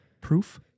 Proof